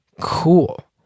Cool